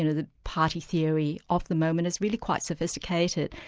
and the party theory of the moment is really quite sophisticated.